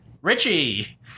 Richie